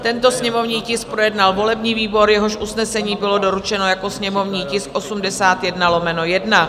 Tento sněmovní tisk projednal volební výbor, jehož usnesení bylo doručeno jako sněmovní tisk 81/1.